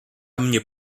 minha